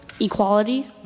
Equality